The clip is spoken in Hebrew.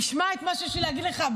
תשמע את מה שיש לי להגיד לך,